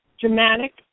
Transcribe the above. dramatic